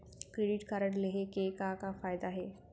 Credit card लेहे के का का फायदा हे?